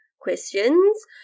questions